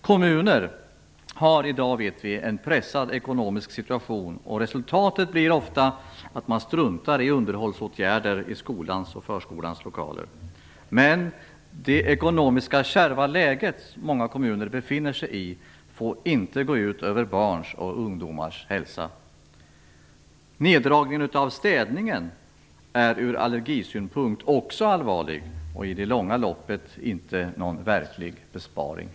Kommuner har i dag en pressad ekonomisk situation. Resultatet blir ofta att man struntar i underhållsåtgärder i skolans och förskolans lokaler. Men de ekonomiskt kärva läge många kommuner befinner sig i får inte gå ut över barns och ungdomars hälsa. Neddragningen av städningen är ur allergisynpunkt också allvarlig och i det långa loppet heller inte någon verklig besparing.